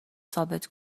ثابت